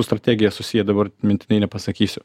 su strategija susiedavo ir mintinai nepasakysiu